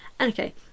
okay